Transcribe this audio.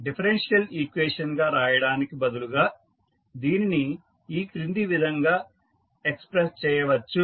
differential equation గా రాయడానికి బదులుగా దీనిని ఈ కింది విధంగా ఎక్స్ప్రెస్ చేయవచ్చు